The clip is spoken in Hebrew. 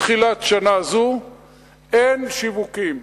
מתחילת השנה הזאת אין שיווקים.